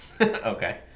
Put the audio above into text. Okay